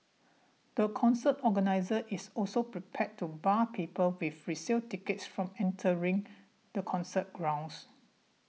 the concert organiser is also prepared to bar people with resale tickets from entering the concert grounds